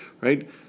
right